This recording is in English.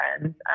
friends